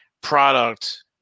product